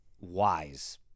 wise